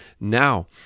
now